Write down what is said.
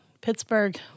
Pittsburgh